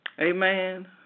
Amen